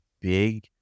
big